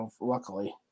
Luckily